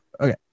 Okay